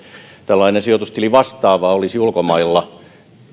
tällainen vastaava sijoitustili olisi ulkomailla